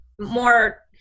more